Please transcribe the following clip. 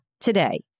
today